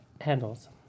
handles